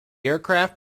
aircraft